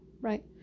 right